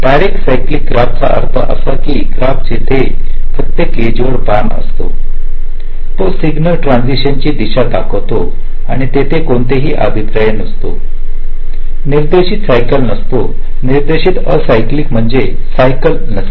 direct cyclic ग्राफचा अर्थअसा graph जेथे प्रत्येक एजवर बाण असतो तो सिग्नल ट्रान्सिशन ची दिशा दर्शवतो आणि तेथे कोणताही अभिप्राय नसतो निर्देशित सायकल नसतो निर्देशित अॅसायक्लिक म्हणजे सायकल नसते